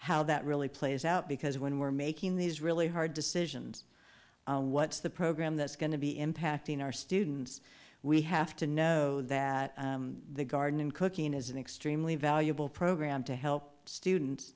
how that really plays out because when we're making these really hard decisions what's the program that's going to be impacting our students we have to know that the garden cooking is an extremely valuable program to help students